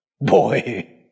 Boy